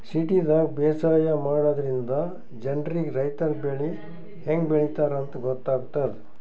ಸಿಟಿದಾಗ್ ಬೇಸಾಯ ಮಾಡದ್ರಿನ್ದ ಜನ್ರಿಗ್ ರೈತರ್ ಬೆಳಿ ಹೆಂಗ್ ಬೆಳಿತಾರ್ ಅಂತ್ ಗೊತ್ತಾಗ್ತದ್